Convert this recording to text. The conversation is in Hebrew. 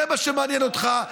זה מה שמעניין אותך.